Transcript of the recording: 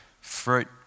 fruit